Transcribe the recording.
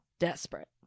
Desperate